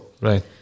Right